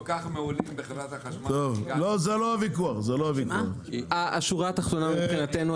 השורה התחתונה מבחינתנו,